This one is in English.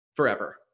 forever